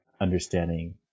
understanding